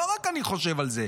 לא רק אני חושב על זה.